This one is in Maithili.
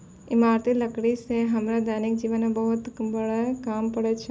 इमारती लकड़ी सें हमरा दैनिक जीवन म बहुत काम पड़ै छै